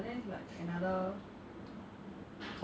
ya 他们不可能搭巴士啊 because 很多地方是